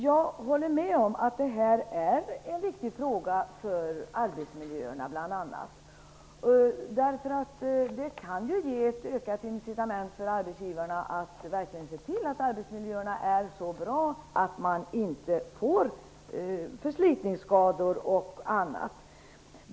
Jag håller med om att det här är en viktig fråga för bl.a. arbetsmiljöerna. Det kan ge ett ökat incitament för arbetsgivarna att verkligen se till att arbetsmiljöerna är så bra att man inte får förslitningsskador och annat.